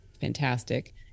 fantastic